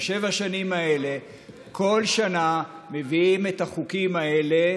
בשבע השנים האלה כל שנה מביאים את החוקים האלה,